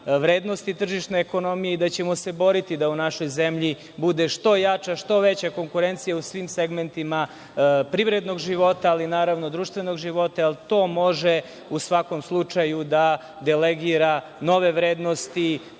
vrednosti tržišne ekonomije i da ćemo se boriti da u našoj zemlji bude što jača, što veća konkurencija u svim segmentima privrednog života, ali i naravno društvenog života, jer to može u svakom slučaju da delegira nove vrednosti,